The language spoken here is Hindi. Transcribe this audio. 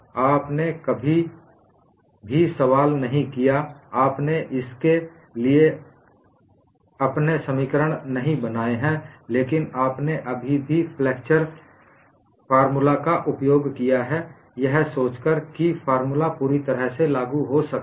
आपने कभी भी सवाल नहीं किया आपने इसके लिए अपने समीकरण नहीं बनाए हैं लेकिन आपने अभी भी फ्लेक्स्चर फॉर्मूला का उपयोग किया है यह सोचकर कि फॉर्मूला पूरी तरह से लागू हो सकता है